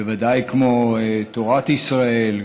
בוודאי כמו תורת ישראל,